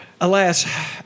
alas